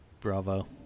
Bravo